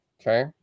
Okay